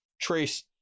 trace